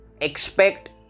expect